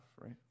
right